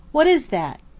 what is that?